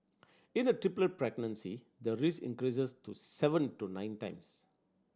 in a triplet pregnancy the risk increases to seven to nine times